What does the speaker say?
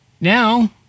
now